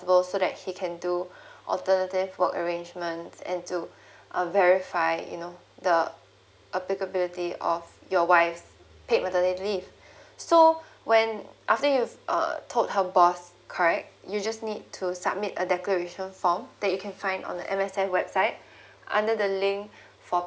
so that he can do alternative work arrangements and to uh verify you know the applicability of your wife paid maternity leave so when after you've uh told her boss correct you just need to submit a declaration form that you can find on the M_S_F website under the link for